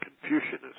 Confucianism